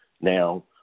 now